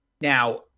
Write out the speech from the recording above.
Now